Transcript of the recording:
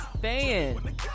fan